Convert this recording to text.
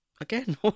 Again